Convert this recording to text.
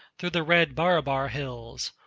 through the red barabar hills.